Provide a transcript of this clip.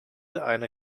eine